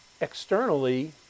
externally